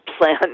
plan